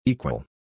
Equal